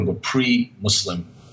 pre-Muslim